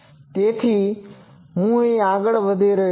તેથી હું આગળ વધી રહ્યો નથી